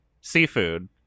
seafood